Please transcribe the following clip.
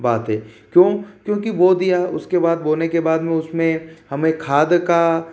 बात हैं क्यों क्योंकि बो दिया उसके बाद बोने के बाद में उसमें हमें खाद का